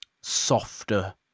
softer